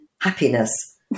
happiness